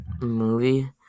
movie